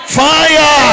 fire